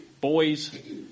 boys